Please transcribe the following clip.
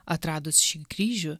atradus šį kryžių